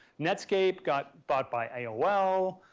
netscape got bought by aol.